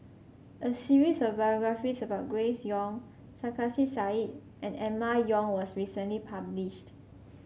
a series of biographies about Grace Young Sarkasi Said and Emma Yong was recently published